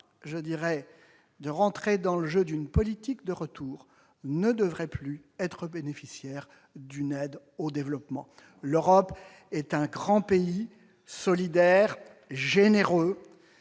pas d'entrer dans le jeu d'une politique de retour ne devrait plus être bénéficiaire d'une aide au développement. L'Europe est un grand pays, solidaire et généreux.